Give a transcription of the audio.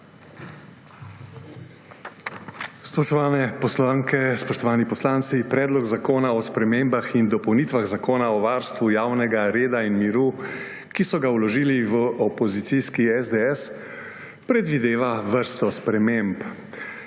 Spoštovane poslanke, spoštovani poslanci! Predlog zakona o spremembah in dopolnitvah Zakona o varstvu javnega reda in miru, ki so ga vložili v opozicijski SDS, predvideva vrsto sprememb.